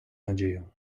nadzieją